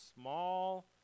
small